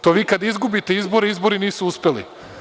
To vi kada izgubite izbore, izbori nisu uspeli.